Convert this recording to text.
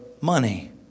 money